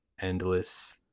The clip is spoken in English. endless